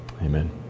Amen